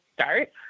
start